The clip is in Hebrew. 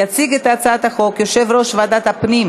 יציג את הצעת החוק יושב-ראש ועדת הפנים